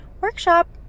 workshop